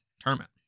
tournament